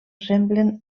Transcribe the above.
semblen